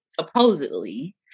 supposedly